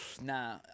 Nah